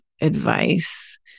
advice